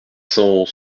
cent